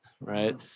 right